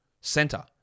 center